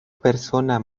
persona